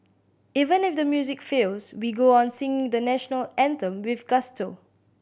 even if the music fails we go on singing the National Anthem with gusto